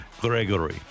Gregory